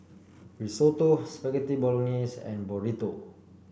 Risotto Spaghetti Bolognese and Burrito